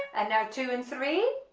and now two and three,